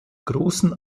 großen